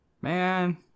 man